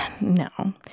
No